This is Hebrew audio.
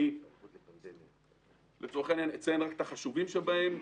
אני אציין רק את החשובים שבהם.